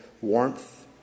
warmth